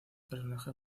personaje